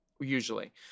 usually